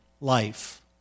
life